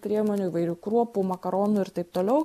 priemonių įvairių kruopų makaronų ir taip toliau